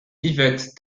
yvette